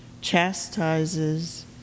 chastises